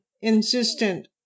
insistent